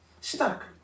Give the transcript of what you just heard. Stuck